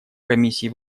комиссии